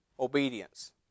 obedience